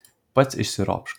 pats išsiropšk